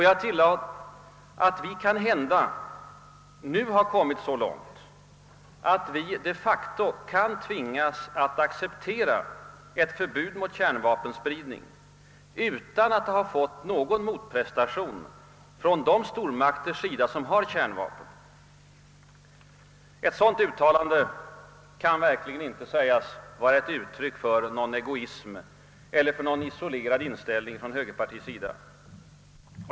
Jag tillade att vi kanhända nu har kommit så långt att vi de facto kan tvingas acceptera ett förbud mot kärnvapenspridning utan att ha fått någon motprestation från de stormakter som har kärnvapen. Ett sådant uttalande kan verkligen inte vara ett uttryck för någon egoism eller för någon isolerad inställning från högerpartiets sida.